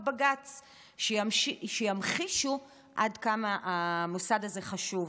בג"ץ שימחישו עד כמה המוסד הזה חשוב.